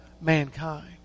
mankind